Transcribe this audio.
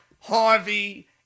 Harvey